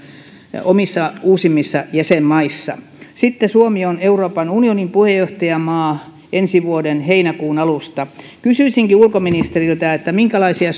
uusimmissa omissa jäsenmaissa suomi on euroopan unionin puheenjohtajamaa ensi vuoden heinäkuun alusta kysyisinkin ulkoministeriltä minkälaisia